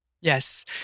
Yes